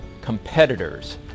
competitors